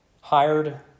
hired